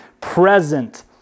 present